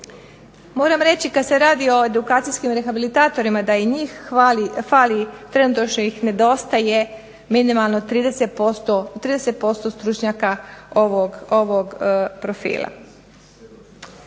Moram reći kad se radi o edukacijskim rehabilitatorima da i njih fali, trenutačno ih nedostaje minimalno 30% stručnjaka ovog profila.